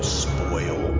spoil